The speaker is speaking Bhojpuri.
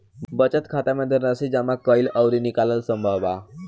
बचत खाता में धनराशि जामा कईल अउरी निकालल संभव बा